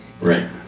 Right